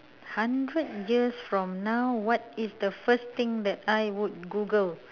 hundred years from now what is the first thing that I would google